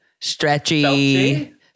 Stretchy